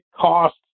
cost